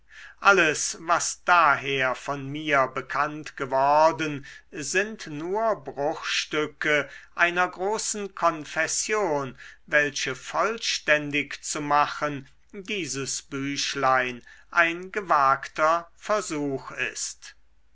alles was daher von mir bekannt geworden sind nur bruchstücke einer großen konfession welche vollständig zu machen dieses büchlein ein gewagter versuch ist